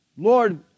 Lord